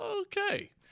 okay